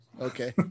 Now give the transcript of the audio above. Okay